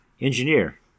engineer